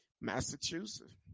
Massachusetts